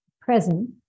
present